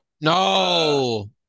No